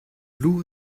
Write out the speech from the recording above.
blu